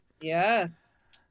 Yes